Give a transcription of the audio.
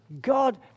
God